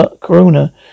corona